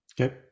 Okay